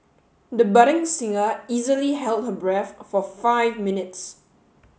the budding singer easily held her breath for five minutes